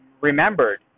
remembered